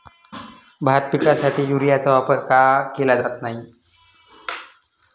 भात पिकासाठी युरियाचा वापर का केला जात नाही?